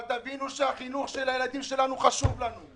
אבל תבינו שהחינוך של הילדים שלנו חשוב לנו.